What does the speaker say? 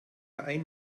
ein